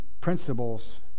principles